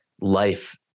life